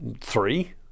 three